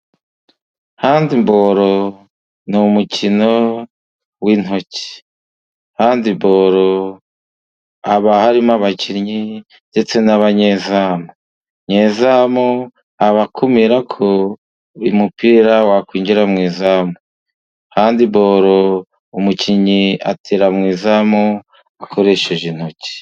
Handi boro n'umukino w'intoki, handi boro haba harimo abakinnyi ndetse n'abanyezamu, nyezamu abakumira ko umupira wakwinjira mu izamu, handi boro umukinnyi atera mu izamu akoresheje intoki.